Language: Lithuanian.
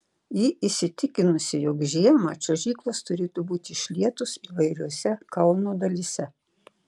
ji įsitikinusi jog žiemą čiuožyklos turėtų būti išlietos įvairiose kauno dalyse